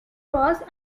was